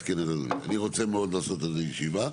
אני רוצה מאוד לעשות על זה ישיבה,